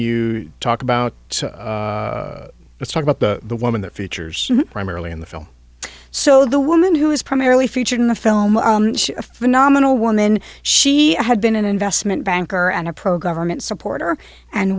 you talk about so let's talk about the the woman that features primarily in the film so the woman who is primarily featured in the film a phenomenal woman she had been an investment banker and a pro government